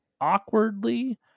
awkwardly